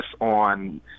on